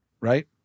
right